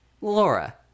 Laura